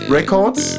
Records